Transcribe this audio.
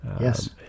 Yes